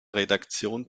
redaktion